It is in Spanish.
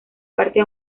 parte